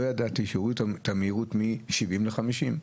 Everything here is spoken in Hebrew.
לא ידעתי שהורידו את המהירות מ-70 ל-50.